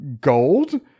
gold